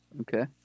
okay